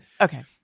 okay